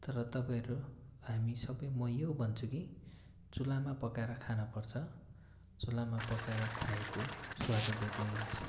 तर तपाईँहरू हामी सबै म यो भन्छु कि चुलामा पकाएर खानुपर्छ चुलामा पकाएर खाएको स्वादै बेग्लै हुन्छ